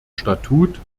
statut